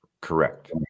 Correct